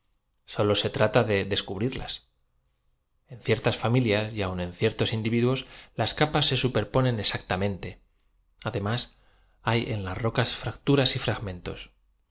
solo se trata de descubrirlas en ciertas familias y aun en ciertos individuos las capas ae superponen exactamente ade más hay en las rocas fracturas y fragmentos